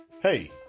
Hey